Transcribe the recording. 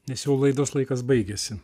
nes jau laidos laikas baigiasi